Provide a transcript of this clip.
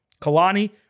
Kalani